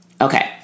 Okay